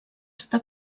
està